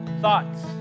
thoughts